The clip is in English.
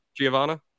Giovanna